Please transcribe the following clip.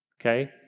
okay